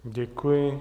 Děkuji.